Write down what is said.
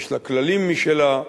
יש לה כללים משלה,